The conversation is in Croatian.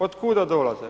Od kuda dolaze?